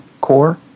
core